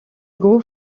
groupe